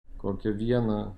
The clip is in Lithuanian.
kokią vieną